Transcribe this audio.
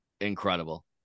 incredible